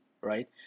Right